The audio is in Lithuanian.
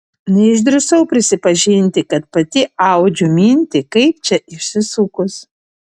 neišdrįsau prisipažinti kad pati audžiu mintį kaip čia išsisukus